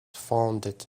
founded